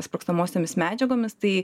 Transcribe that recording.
sprogstamosiomis medžiagomis tai